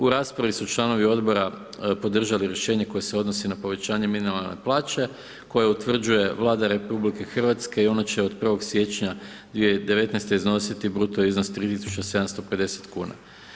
U raspravi su članovi odbora podržali rješenje koje se odnosi na povećanje minimalne plaće koje utvrđuje Vlada RH i ono će od 1. siječnja 2019. iznosi bruto iznos 3.750 kuna.